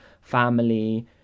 family